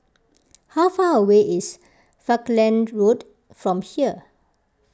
how far away is Falkland Road from here